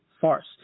farce